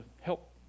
help